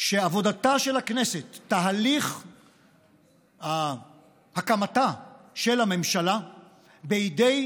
שעבודתה של הכנסת, תהליך הקמתה של הממשלה בידי